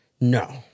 No